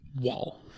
wall